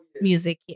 music